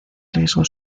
riesgo